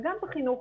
וגם את החינוך,